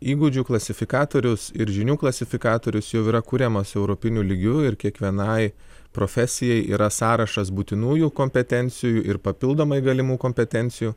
įgūdžių klasifikatorius ir žinių klasifikatorius jau yra kuriamas europiniu lygiu ir kiekvienai profesijai yra sąrašas būtinųjų kompetencijų ir papildomai galimų kompetencijų